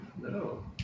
no